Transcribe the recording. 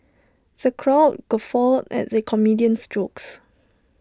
the crowd guffawed at the comedian's jokes